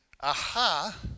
aha